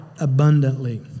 abundantly